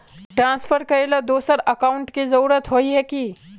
Transfer करेला दोसर account की जरुरत होय है की?